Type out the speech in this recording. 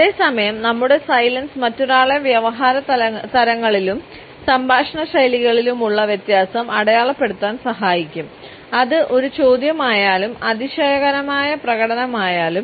അതേ സമയം നമ്മുടെ സൈലൻസ് മറ്റൊരാളെ വ്യവഹാര തരങ്ങളിലും സംഭാഷണ ശൈലികളിലുമുള്ള വ്യത്യാസം അടയാളപ്പെടുത്താൻ സഹായിക്കും അത് ഒരു ചോദ്യമായാലും അതിശയകരമായ പ്രകടനമായാലും